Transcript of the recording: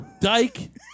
Dyke